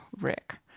Rick